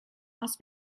las